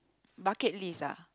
bucket list ah